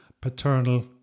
paternal